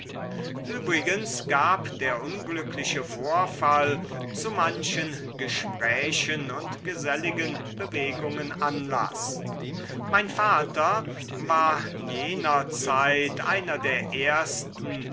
übrigens gab der unglückliche vorfall zu manchen gesprächen und geselligen bewegungen anlaß mein vater war jener zeit einer der ersten